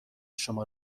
شما